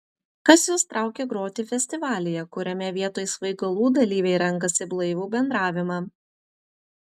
kas jus traukia groti festivalyje kuriame vietoj svaigalų dalyviai renkasi blaivų bendravimą